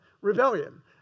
Rebellion